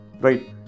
right